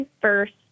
first